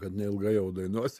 kad neilgai jau dainuosiu